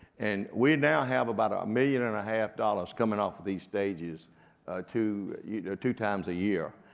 and we now have about a million and a half dollars coming off of these stages two you know two times a year,